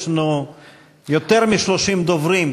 יש לנו יותר מ-30 דוברים,